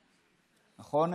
נכון,